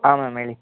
ಹಾಂ ಮ್ಯಾಮ್ ಹೇಳಿ